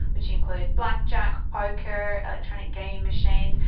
which include blackjack, poker, electronic game machines.